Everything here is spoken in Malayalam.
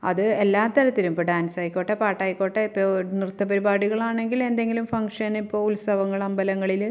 അത് എല്ലാ തരത്തിലും ഇപ്പോൾ ഡാൻസായിക്കോട്ടെ പാട്ടായിക്കോട്ടെ ഇപ്പോൾ നൃത്ത പരിപാടികളാണെങ്കിൽ എന്തെങ്കിലും ഫംഗ്ഷനിപ്പോൾ ഉത്സവങ്ങൾ അമ്പലങ്ങളിൽ